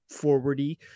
forwardy